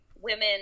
women